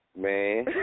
Man